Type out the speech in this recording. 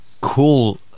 Cool